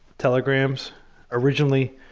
telegrams originally,